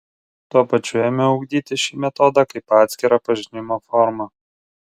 tuo pačiu ėmiau ugdyti šį metodą kaip atskirą pažinimo formą